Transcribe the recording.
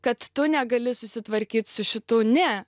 kad tu negali susitvarkyt su šitu ne